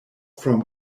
from